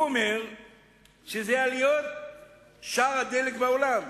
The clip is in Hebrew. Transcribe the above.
הוא אומר שזה עליות שער מחיר הדלק בעולם.